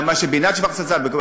גם מה שבינת שוורץ עשתה,